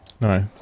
no